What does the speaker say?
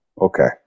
Okay